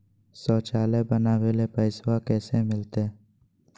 शौचालय बनावे ले पैसबा कैसे मिलते?